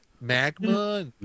magma